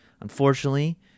Unfortunately